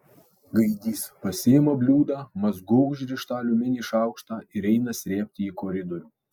gaidys pasiima bliūdą mazgu užrištą aliumininį šaukštą ir eina srėbti į koridorių